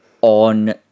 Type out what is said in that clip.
on